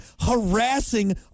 harassing